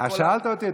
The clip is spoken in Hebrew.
שאלת אותי,